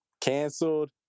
canceled